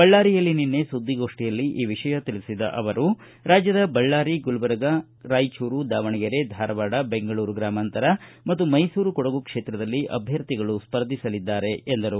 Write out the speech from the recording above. ಬಳ್ದಾರಿಯಲ್ಲಿ ನಿನ್ನೆ ಸುದ್ದಿಗೋಷ್ಠಿಯಲ್ಲಿ ಈ ವಿಷಯ ತಿಳಿಸಿದ ಅವರು ರಾಜ್ಞದ ಬಳ್ದಾರಿ ಗುಲ್ಬರ್ಗ ರಾಯಚೂರು ದಾವಣಗೆರೆ ಧಾರವಾಡ ಬೆಂಗಳೂರು ಗ್ರಾಮಾಂತರ ಮತ್ತು ಮೈಸೂರು ಕೊಡಗು ಕ್ಷೇತ್ರದಲ್ಲಿ ಅಭ್ಯರ್ಥಿಗಳು ಸ್ಪರ್ಧಿಸಲಿದ್ದಾರೆ ಎಂದರು